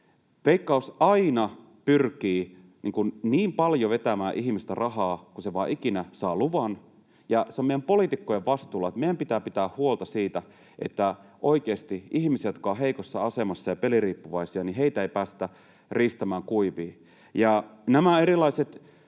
Veikkaus pyrkii aina vetämään ihmisiltä rahaa niin paljon kuin se vain ikinä saa luvan, ja se on meidän poliitikkojen vastuulla, että meidän pitää pitää huolta siitä, että oikeasti niitä ihmisiä, jotka ovat heikossa asemassa ja peliriippuvaisia, ei päästetä riistämään kuiviin.